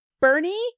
Bernie